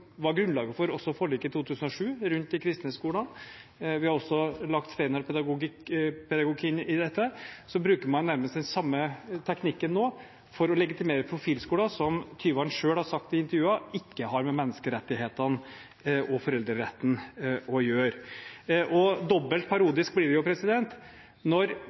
var grunnlaget for forliket i 2007 om de kristne skolene – vi har også lagt steinerpedagogikk inn i dette – og så bruker man nærmest den samme teknikken nå for å legitimere profilskoler, som Tyvand selv har sagt i intervjuer at ikke har med menneskerettighetene og foreldreretten å gjøre. Dobbelt parodisk blir det jo når